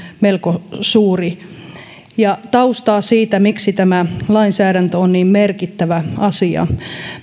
melko suuri taustaa siitä miksi tämä lainsäädäntö on niin merkittävä asia